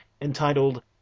entitled